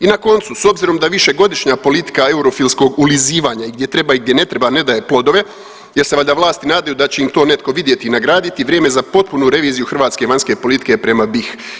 I na koncu, s obzirom da višegodišnja politika eurofilskog ulizivanja i gdje treba i gdje ne treba ne daje plodove jer se valjda vlasti nadaju da će im to netko vidjeti i nagraditi je vrijeme za potpunu reviziju hrvatske vanjske politike prema BiH.